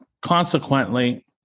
consequently